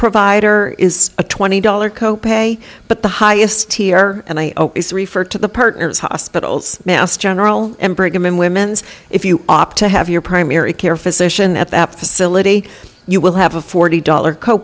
provider is a twenty dollars co pay but the highest tier and i refer to the partners hospitals mass general and brigham and women's if you opt to have your primary care physician at that facility you will have a forty dollars co